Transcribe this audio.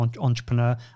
entrepreneur